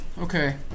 Okay